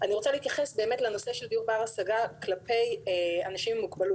רוצה להתייחס לנושא של דיור בר השגה כלפי עם מוגבלות.